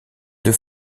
deux